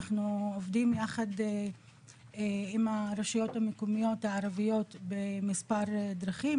אנחנו אוגדים יחד עם הרשויות המקומיות הערביות במספר דרכים,